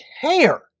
care